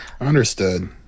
understood